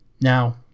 Now